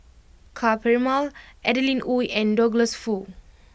Ka Perumal Adeline Ooi and Douglas Foo